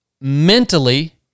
mentally